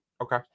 Okay